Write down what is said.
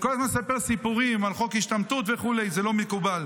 לספר כל הזמן סיפורים על חוק השתמטות וכו' זה לא מקובל.